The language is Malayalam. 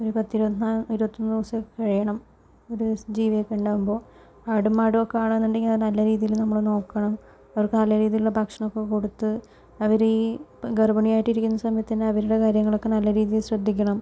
ഒരു പത്തിരുപത്തിനാല് ഇരുപത്തി മൂന്ന് ദിവസമൊക്കെ കഴിയണം ഒരു ദിവസം ജീവിയൊക്കെ ഉണ്ടാവുമ്പോൾ ആടും മാടും ഒക്കെ ആണെന്നുണ്ടെങ്കിൽ അത് നല്ല രീതിയിൽ നമ്മൾ നോക്കണം അവർക്ക് നല്ല രീതിയിലുള്ള ഭക്ഷണമൊക്കെ കൊടുത്ത് അവര് ഈ ഗർഭിണിയായിട്ട് ഇരിക്കുന്ന സമയത്ത് തന്നെ അവരുടെ കാര്യങ്ങളൊക്കെ നല്ല രീതിയിൽ ശ്രദ്ധിക്കണം